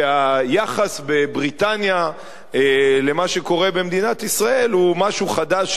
שהיחס בבריטניה למה שקורה במדינת ישראל הוא משהו חדש,